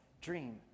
dream